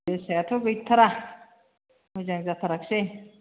जोसायाथ' गैथारा मोजां जाथारासै